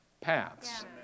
paths